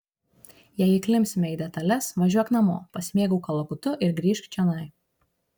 jei įklimpsime į detales važiuok namo pasimėgauk kalakutu ir grįžk čionai